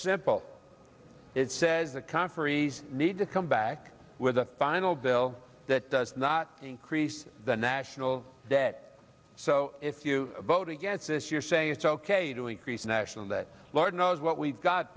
simple it says a conferees need to come back with a final bill that does not increase the national debt so if you vote against this you're saying it's ok to increase national debt lord knows what we've got